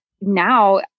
now